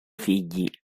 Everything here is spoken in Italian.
figli